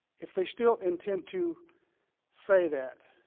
if they still intend to say that,